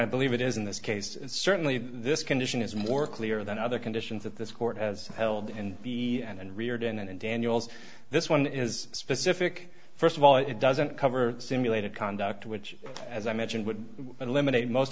i believe it is in this case certainly this condition is more clear than other conditions that this court has held and the and and riordan and daniels this one is specific first of all it doesn't cover simulated conduct which as i mentioned would eliminate most